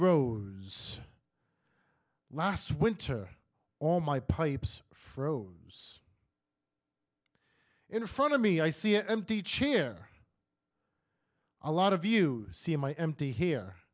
rose last winter all my pipes froze in front of me i see an empty chair a lot of you see in my empty here